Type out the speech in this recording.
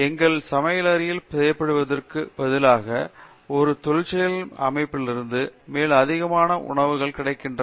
எங்கள் சமையலறையில் செய்யப்படுவதற்குப் பதிலாக ஒரு தொழிற்துறை அமைப்பிலிருந்து மேலும் அதிகமான உணவுகள் கிடைக்கின்றன